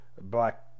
black